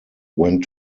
went